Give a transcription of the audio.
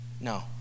No